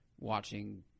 watching